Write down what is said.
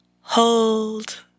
Hold